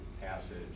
passage